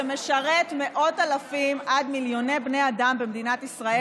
שמשרת מאות אלפים עד מיליוני בני אדם במדינת ישראל,